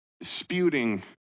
disputing